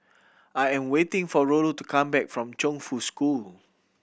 I am waiting for Rollo to come back from Chongfu School